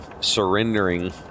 surrendering